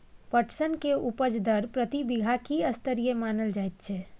पटसन के उपज दर प्रति बीघा की स्तरीय मानल जायत छै?